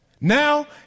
Now